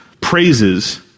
praises